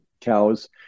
cows